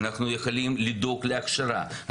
אנחנו יכולים לדאוג להכשרה,